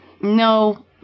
No